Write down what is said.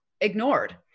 ignored